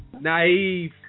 naive